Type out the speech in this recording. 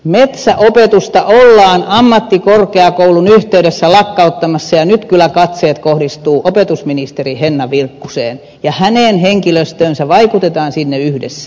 metsäopetusta ollaan ammattikorkeakoulun yhteydessä lakkauttamassa ja nyt kyllä katseet kohdistuvat opetusministeri henna virkkuseen ja hänen henkilöstöönsä vaikutetaan sinne yhdessä